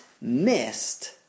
missed